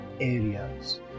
areas